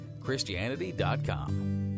Christianity.com